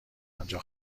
آنجا